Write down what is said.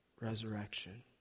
resurrection